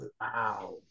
Wow